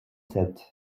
sept